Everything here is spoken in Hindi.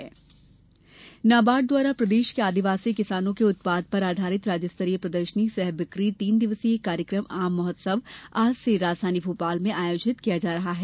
आम महोत्सव नाबार्ड द्वारा प्रदेश के आदिवासी किसानों के उत्पाद पर आधारित राज्य स्तरीय प्रदर्शनी सह बिक्री तीन दिवसीय कार्यक्रम आम महोत्सव आज से राजधानी भोपाल में आयोजित किया जा रहा है